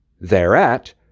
thereat